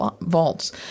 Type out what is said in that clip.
vaults